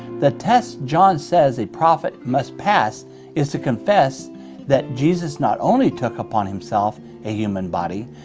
the test john says a prophet must pass is to confess that jesus not only took upon himself a human body,